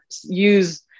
use